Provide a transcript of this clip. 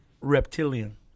reptilian